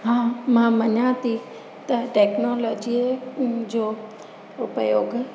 हा मां मञा थी त टेक्नोलोजीअ जो उपयोग